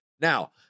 Now